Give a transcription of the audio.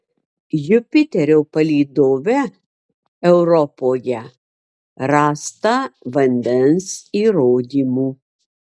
jupiterio palydove europoje rasta vandens įrodymų